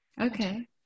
Okay